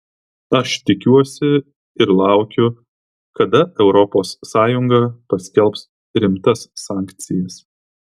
aš tikiuosi ir laukiu kada europos sąjunga paskelbs rimtas sankcijas